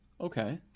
Okay